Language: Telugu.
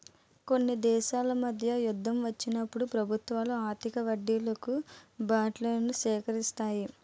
కొన్ని దేశాల మధ్య యుద్ధం వచ్చినప్పుడు ప్రభుత్వాలు అధిక వడ్డీలకు బాండ్లను సేకరిస్తాయి